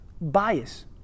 bias